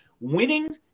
Winning